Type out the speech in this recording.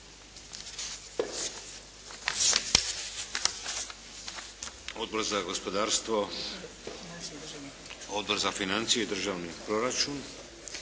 Odbor za gospodarstvo, Odbor za financije i državni proračun.